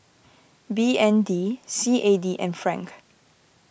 B N D C A D and Franc